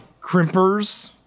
crimpers